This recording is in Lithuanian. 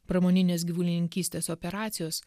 pramoninės gyvulininkystės operacijos